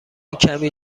کمی